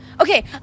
okay